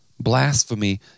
Blasphemy